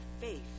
faith